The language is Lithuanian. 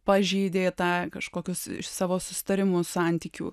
pažeidė tą kažkokius savo susitarimus santykių